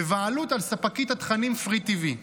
בבעלות של ספקית התכנים FreeTV.